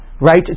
right